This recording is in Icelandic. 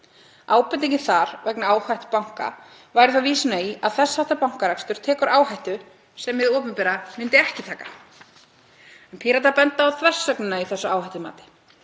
Ábendingin þar vegna áhættu banka væri þá vísun í að í þess háttar bankarekstri er tekin áhætta sem hið opinbera myndi ekki taka. Píratar benda á þversögnina í þessu áhættumati.